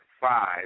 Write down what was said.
five